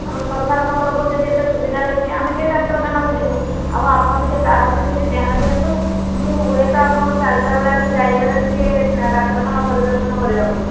ଆମର ସରକାରଙ୍କ ତରଫରୁ ଯଦି ଏତେ ସୁବିଧା ରହିଛି ଆମେ ସେ ଡାକ୍ତରଖାନାକୁ ଯିବୁ ଆଉ ଆପଣ ଟିକେ ତା ପ୍ରତି କିଛି ଧ୍ୟାନ ଦିଅନ୍ତୁ ମୁଁ ହୁଏତ ଆପଣଙ୍କୁ ଚାରିଟାବେଳେ ଆଜି ଯାଇପାରେ ଟିକେ ଡାକ୍ତରଖାନା ପରିଦର୍ଶନ କରିବାକୁ